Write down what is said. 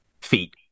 feet